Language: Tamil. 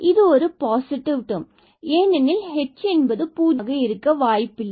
இங்கு நம்மிடம் பாசிட்டிவ் டெர்ம் ஏனெனில் h பூஜ்யமாக இருக்க வாய்ப்பில்லை